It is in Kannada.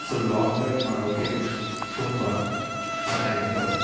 ಸೊ ಲಾಂಗ್ ರೈಡ್ ಮಾಡೋಕೆ ತುಂಬ ಚೆನ್ನಾಗಿರುತ್ತದೆ